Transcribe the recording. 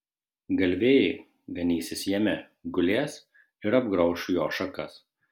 galvijai ganysis jame gulės ir apgrauš jo šakas